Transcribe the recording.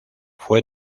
fue